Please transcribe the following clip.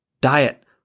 Diet